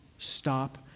Stop